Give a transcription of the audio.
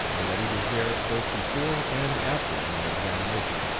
and that he was there both before and after my examination,